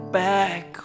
back